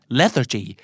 lethargy